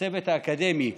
הצוות האקדמי,